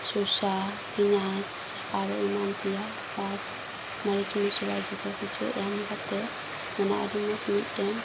ᱥᱚᱥᱟ ᱯᱮᱸᱭᱟᱡᱽ ᱟᱨᱚ ᱮᱢᱟᱱ ᱛᱮᱭᱟᱜ ᱯᱞᱟᱥ ᱢᱟᱹᱨᱤᱪ ᱢᱚᱥᱞᱟ ᱡᱚᱛᱚ ᱠᱤᱪᱷᱩ ᱮᱢ ᱠᱟᱛᱮᱫ ᱚᱱᱟ ᱟᱹᱰᱤ ᱢᱚᱸᱡᱽ ᱢᱤᱫᱴᱮᱱ